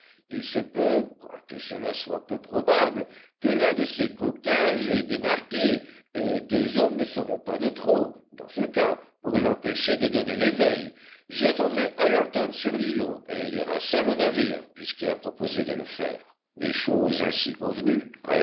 il se peut quoique cela soit peu probable que l'un de ces coquins ait débarqué et deux hommes ne seront pas de trop dans ce cas pour l'empêcher de donner l'éveil j'attendrai ayrton sur l'îlot et il ira seul au navire puisqu'il a proposé de le faire les choses ainsi convenues